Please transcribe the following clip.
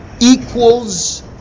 equals